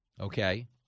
okay